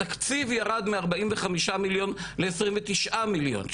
התקציב ירד מארבעים וחמישה מיליון ולעשרים ותשעה מיליון,